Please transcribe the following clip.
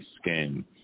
skin